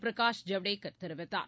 பிரகாஷ் ஜவ்டேகர் தெரிவித்தார்